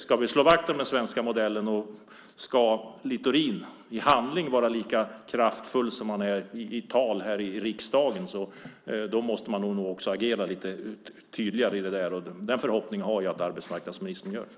Ska vi slå vakt om den svenska modellen ska Littorin i handling vara lika kraftfull som han är i tal här i riksdagen. Då måste man nog också agera lite tydligare i den frågan, och jag har förhoppningen att arbetsmarknadsministern gör det.